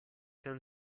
can